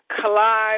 collide